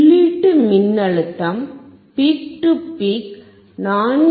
உள்ளீட்டு மின்னழுத்தம் peak to peak 4